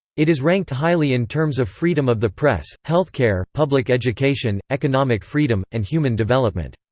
it is ranked highly in terms of freedom of the press, healthcare, public education, economic freedom, and human development.